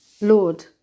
Lord